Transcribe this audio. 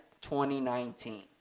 2019